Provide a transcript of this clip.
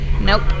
Nope